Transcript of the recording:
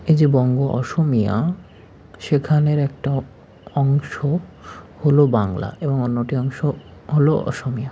এই যে বঙ্গ অসমীয়া সেখানের একটা অংশ হলো বাংলা এবং অন্যটি অংশ হলো অসমীয়া